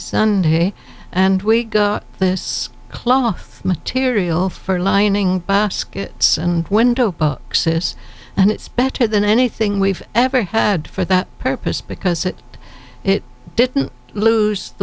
sunday and we got this cloth burial for lining skits and window boxes and it's better than anything we've ever had for that purpose because it didn't lose the